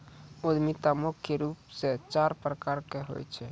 उद्यमिता मुख्य रूप से चार प्रकार के होय छै